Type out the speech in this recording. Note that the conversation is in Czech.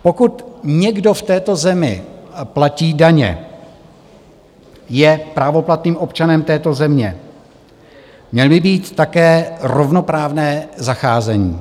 Pokud někdo v této zemi platí daně, je právoplatným občanem této země, měl by mít také rovnoprávné zacházení.